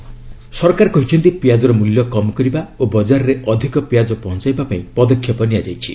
onion price ସରକାର କହିଛନ୍ତି ପିଆଜର ମୂଲ୍ୟ କମ୍ କରିବା ଓ ବକାରରେ ଅଧିକ ପିଆଜ ପହଞ୍ଚାଇବା ପାଇଁ ପଦକ୍ଷେପ ନିଆଯାଇଛି